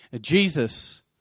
Jesus